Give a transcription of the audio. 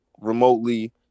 remotely